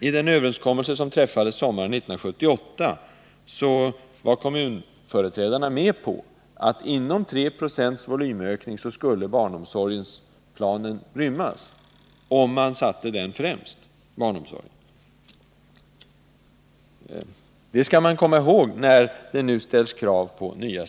I den överenskommelse som träffades sommaren 1978 var företrädarna för kommunerna med på att barnomsorgsplanen skulle rymmas inom en 3-procentig volymökning, och att det var möjligt att sätta barnomsorgen främst. Detta skall man komma ihåg, när kraven på nya statsbidrag framförs.